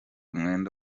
umwenda